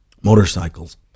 motorcycles